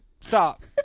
stop